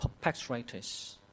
perpetrators